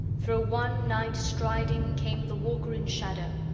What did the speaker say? thro' wan night striding, came the walker-in-shadow.